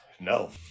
No